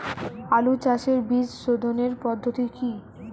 আলু চাষের বীজ সোধনের পদ্ধতি কি?